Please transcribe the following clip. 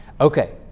Okay